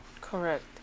Correct